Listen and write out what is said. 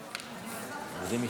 מלכיאלי.